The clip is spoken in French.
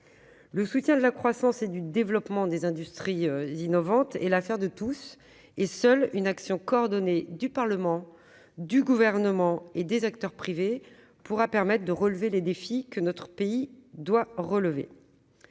Le soutien de la croissance et du développement des industries innovantes est l'affaire de tous, et seule une action coordonnée du Parlement, du Gouvernement et des acteurs privés permettra de relever les défis auxquels notre pays doit faire